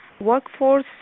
Workforce